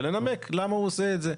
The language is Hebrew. ולנמק למה הוא עושה את זה.